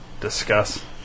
discuss